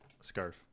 Scarf